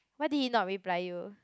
what did he not reply you